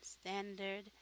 Standard